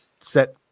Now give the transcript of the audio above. set